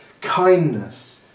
kindness